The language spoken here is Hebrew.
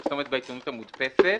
פרסומת בעיתונות המודפסת,